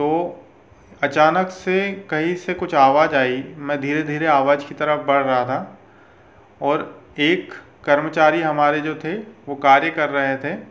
तो अचानक से कहीं से कुछ आवाज आई मैं धीरे धीरे आवाज की तरफ बढ़ रहा था और एक कर्मचारी हमारे जो थे वो कार्य कर रहे थे